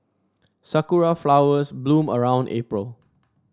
sakura flowers bloom around April